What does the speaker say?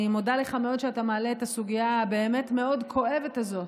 אני מודה לך מאוד שאתה מעלה את הסוגיה הבאמת מאוד כואבת הזאת.